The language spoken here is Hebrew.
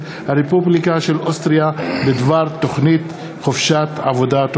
הרפובליקה של אוסטריה בדבר תוכנית חופשת עבודה.